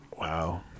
Wow